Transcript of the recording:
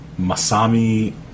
Masami